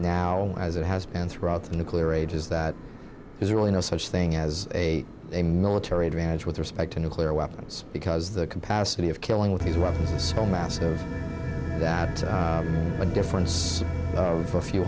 now as it has been throughout the nuclear age is that there's really no such thing as a a military advantage with respect to nuclear weapons because the capacity of killing with these weapons is so massive that a difference for a few